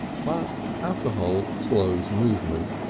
but alcohol slows movement,